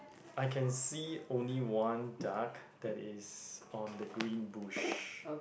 I can see only one duck that is on the green bush